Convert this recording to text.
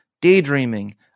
daydreaming